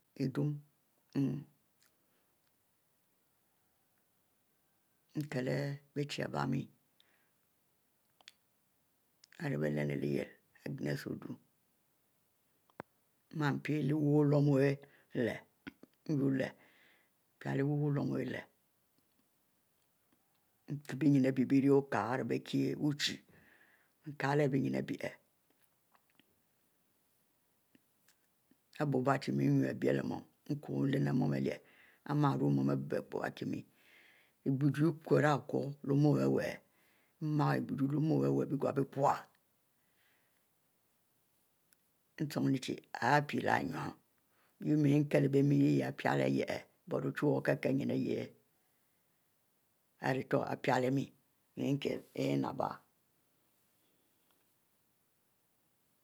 Idum moo oh kiehe bie chie ari bie mie ari bie-lyinnu-lehlele, bie lyinn kie leh asumtu mie pie lehwu wuluom ohieh-leh npieleh wuluom nwurro leh nkie-beynni ari bie rie okie wuchie ari bie beyine ari biebubieh chie mie nuie bele mon arie bie kpor ari kie mie igeguie ikiera okw leh ome ohieh mie igeguie ome biegle-bietule nchinn chie ipiela ininnu, iyeh mie kielu bie Bemi yah ari pieh ihieh but ochuwue okie kiele nyin ihieh apiele, mie kie inapb